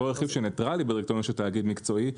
אותו רכיב נטרלי בדירקוטוריון של תאגיד מקצועי,